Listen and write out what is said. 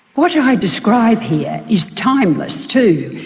what i describe here is timeless too.